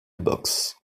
boxe